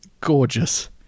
gorgeous